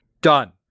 done